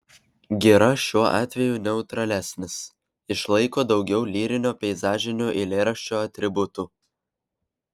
gira šiuo atveju neutralesnis išlaiko daugiau lyrinio peizažinio eilėraščio atributų